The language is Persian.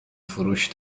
فروش